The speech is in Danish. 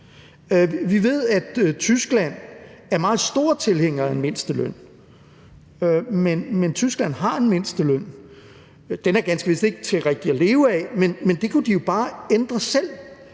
Vi ved, at Tyskland er meget store tilhængere af en mindsteløn, men Tyskland har en mindsteløn. Den er ganske vist ikke rigtig til at leve af, men det kunne de jo bare ændre selv.